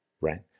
right